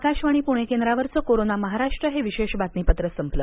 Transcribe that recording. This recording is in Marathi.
आकाशवाणी पुणे केंद्रावरचं कोरोना महाराष्ट्र हे विशेष बातमीपत्र संपलं